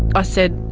i said,